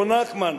רון נחמן,